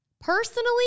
personally